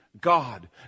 God